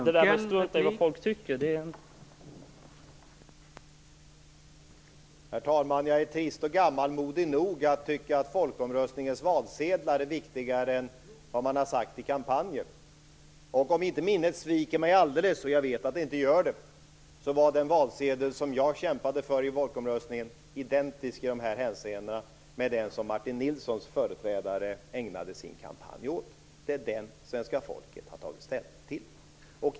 Herr talman! Jag är trist och gammalmodig nog att tycka att folkomröstningens valsedlar är viktigare än vad man har sagt i kampanjer. Om inte minnet sviker mig alldeles, och jag vet att det inte gör det, så var den valsedel som jag kämpade för i folkomröstningen i de här hänseendena identisk med den som Martin Nilssons företrädare ägnade sin kampanj åt. Det är den som svenska folket har tagit ställning till.